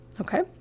Okay